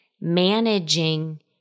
managing